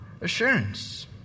assurance